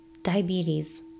Diabetes